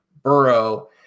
burrow